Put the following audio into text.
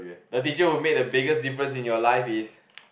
the teacher who made a biggest difference in your life is